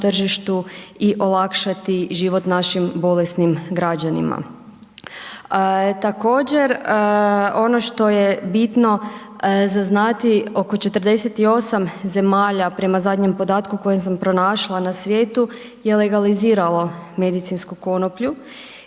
i olakšati život našim bolesnim građanima. Također ono što je bitno za znati, oko 48 zemalja prema zadnjem podatku koji sam pronašla, na svijetu je legaliziralo medicinsku konoplju